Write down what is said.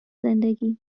زندگی